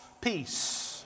peace